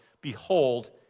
Behold